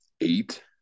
eight